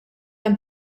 hemm